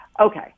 Okay